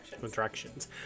contractions